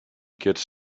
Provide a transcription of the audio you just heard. gets